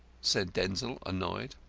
said denzil, annoyed.